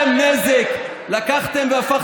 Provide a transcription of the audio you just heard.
לך הביתה.